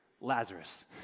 Lazarus